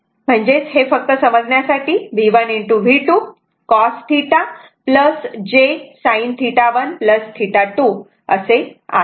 म्हणजे हे फक्त समजण्यासाठी V1 V2 cos θ1 θ2 j sin θ1 θ2 असे आहे